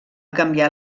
canviat